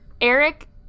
Eric